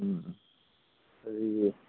হেৰি